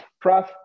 Prof